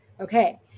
Okay